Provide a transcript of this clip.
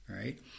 right